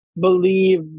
believe